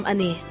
Ani